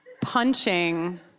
punching